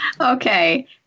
Okay